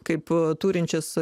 kaip a turinčius